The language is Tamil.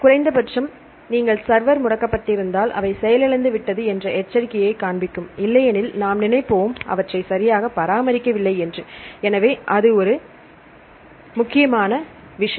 குறைந்த பட்சம் நீங்கள் சர்வர் முடக்கப்பட்டிருந்தால் அவை செயலிழந்துவிட்டது என்ற எச்சரிக்கையை காண்பிக்கும் இல்லையெனில் நாம் நினைப்போம் அவற்றை சரியாக பராமரிக்க வில்லை என்று எனவே அது ஒரு முக்கியமான விஷயம்